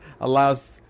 allows